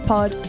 Pod